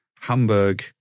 Hamburg